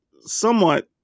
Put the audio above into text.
somewhat